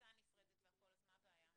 בכניסה נפרדת והכל אז מה הבעיה?